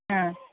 हा